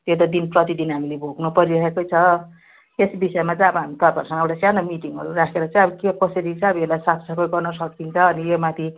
त्यो त दिन प्रतिदिन हामीले भोग्नु परिराखेकै छ तेस बिषयमा चै आबो हामी तपाईहरूसँङ एउडा स्यानो मिटिङहरू राखेर चै आबो के कोसरी चै आबो एल्लाई साफ सफाई गर्नु सकिन्छ अनि यो माथी